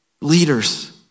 Leaders